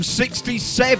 67